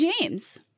James